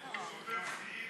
(חבר הכנסת חזן יוצא מאולם המליאה.) הוא שובר שיאים,